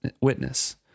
witness